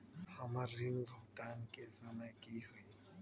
हमर ऋण भुगतान के समय कि होई?